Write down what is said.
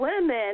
women